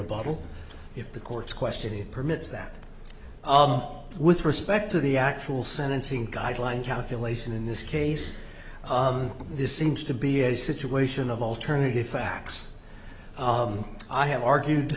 rebuttal if the court's questioning permits that with respect to the actual sentencing guideline calculation in this case this seems to be a situation of alternative facts i have argued